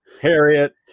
Harriet